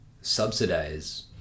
subsidize